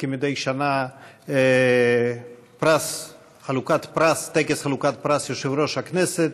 כמדי שנה טקס חלוקת פרס יושב-ראש הכנסת.